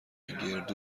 گردو